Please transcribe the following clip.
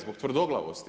Zbog tvrdoglavosti?